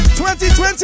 2020